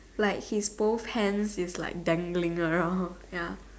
like his both hands is like dangling around ya